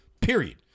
Period